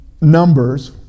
Numbers